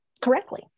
correctly